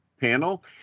panel